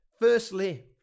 Firstly